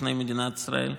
בפני מדינת ישראל,